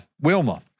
Wilma